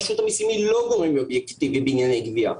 רשות המיסים היא לא גורם אובייקטיבי בענייני גבייה.